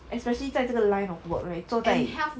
especially 在这个 line of work right 坐在